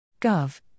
Gov